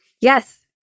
yes